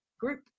group